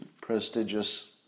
prestigious